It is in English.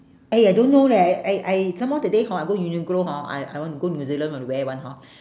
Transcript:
!aiya! don't know leh I I I some more that day hor I go uniqlo hor I I want to go to new zealand want to wear [one] hor